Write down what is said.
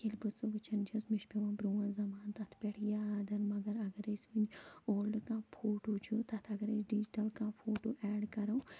ییٚلہِ بہٕ سۅ وُچھان چھَس مےٚ چھِ پٮ۪وان پرٛون زمانہٕ تَتھ پٮ۪ٹھ یاد مگر اَگر أسۍ وُنۍ اولڈ کانٛہہ فوٹوٗ چھِ تَتھ اگر ہَے أسۍ ڈِجیٹَل کانٛہہ فوٹوٗ ایٚڈ کَرَو